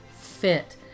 fit